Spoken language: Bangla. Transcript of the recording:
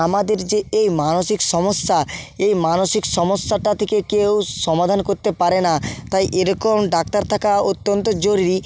আমাদের যে এই মানসিক সমস্যা এই মানসিক সমস্যাটা থেকে কেউ সমাধান করতে পারে না তাই এরকম ডাক্তার থাকা অত্যন্ত জরুরি